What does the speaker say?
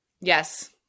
yes